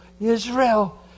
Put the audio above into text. Israel